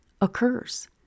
occurs